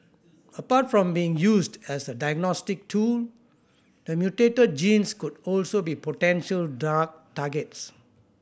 apart from being used as a diagnostic tool the mutated genes could also be potential drug targets